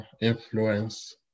influence